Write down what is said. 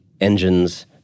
engines